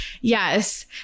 Yes